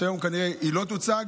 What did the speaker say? שהיום היא כנראה לא תוצג,